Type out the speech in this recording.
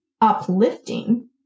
uplifting